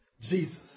Jesus